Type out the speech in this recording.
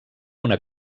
una